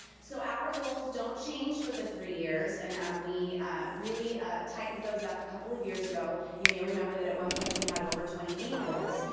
so our goals don't change for the three years. and um we really ah tightened those up a couple of years ago. you may remember that at one point we had over twenty eight goals.